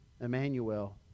Emmanuel